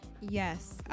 yes